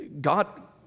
God